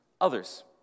others